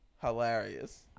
Hilarious